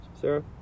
Sarah